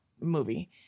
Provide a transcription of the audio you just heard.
movie